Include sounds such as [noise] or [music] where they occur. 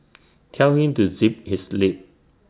[noise] tell him to zip his lip